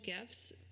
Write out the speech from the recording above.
gifts